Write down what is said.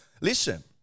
listen